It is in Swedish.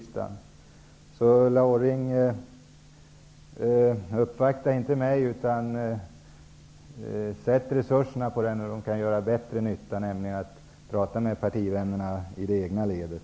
Så Ulla Orring, uppvakta inte mig utan satsa resurserna där de gör bättre nytta: Tala med partivännerna i det egna ledet.